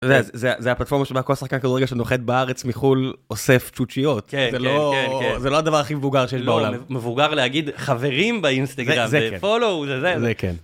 זה הפלטפורמה שבה כל שחקן כדורגל שנוחת בארץ מחול אוסף צ'וצ'יות זה לא הדבר הכי מבוגר שיש בעולם מבוגר להגיד חברים באינסטגרם זה כן.